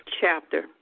chapter